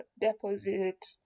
deposit